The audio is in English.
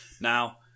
Now